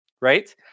right